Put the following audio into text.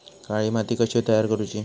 काळी माती कशी तयार करूची?